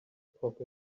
pocket